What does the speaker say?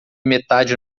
metade